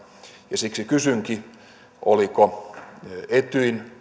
ja siksi kysynkin onko etyjin